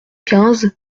quinze